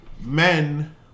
Men